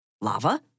Lava